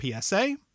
psa